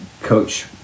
Coach